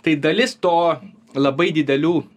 tai dalis to labai didelių